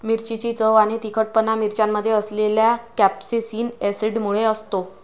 मिरचीची चव आणि तिखटपणा मिरच्यांमध्ये असलेल्या कॅप्सेसिन ऍसिडमुळे असतो